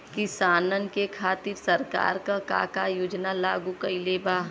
किसानन के खातिर सरकार का का योजना लागू कईले बा?